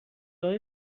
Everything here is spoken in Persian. های